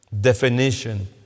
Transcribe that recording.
definition